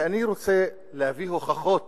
כשאני רוצה להביא הוכחות